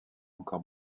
encore